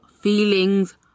feelings